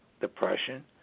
depression